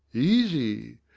easy.